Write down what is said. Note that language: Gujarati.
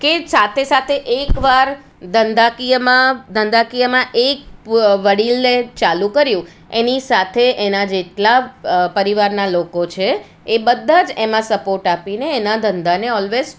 કે સાથે સાથે એક વાર ધંધાકીયમાં ધંધાકીયમાં એક વડીલે ચાલુ કર્યું એની સાથે એના જેટલા પરિવારના લોકો છે એ બધા જ એમાં સપોર્ટ આપીને એના ધંધાને ઓલ્વેજ